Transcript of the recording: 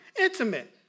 Intimate